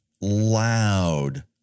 loud